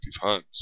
homes